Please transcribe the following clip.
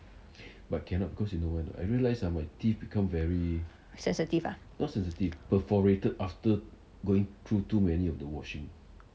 sensitive ah